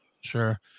Sure